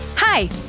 Hi